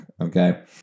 okay